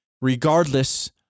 Regardless